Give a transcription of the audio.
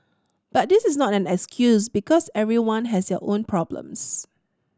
but this is not an excuse because everyone has their own problems